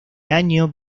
año